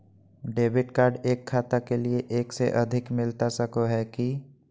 Debit card एक खाता के लिए एक से अधिक मिलता सको है की?